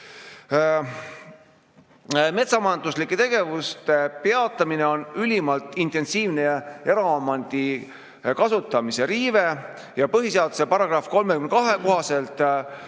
Metsamajanduslike tegevuste peatamine on ülimalt intensiivne ja eraomandi kasutamise riive. Põhiseaduse § 32 kohaselt